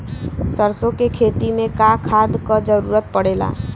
सरसो के खेती में का खाद क जरूरत पड़ेला?